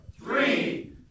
three